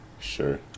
Sure